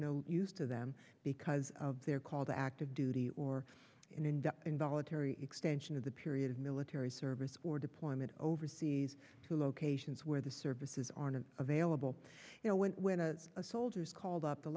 no use to them because of their called active duty or an in depth involuntary extension of the period of military service or deployment overseas to locations where the services are not available you know when when to a soldier's called up the